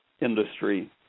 industry